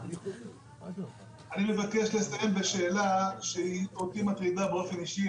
אני מבקש לסיים בשאלה שמטרידה אותי באופן אישי,